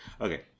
okay